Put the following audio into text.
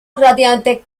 radiante